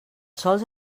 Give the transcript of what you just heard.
sols